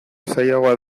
sailagoa